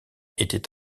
était